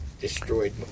destroyed